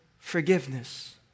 Forgiveness